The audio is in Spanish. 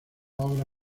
obra